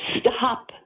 stop